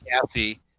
Cassie